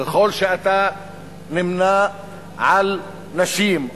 ככל שאתה נמנה עם קבוצת נשים,